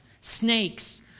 snakes